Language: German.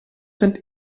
sind